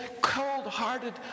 cold-hearted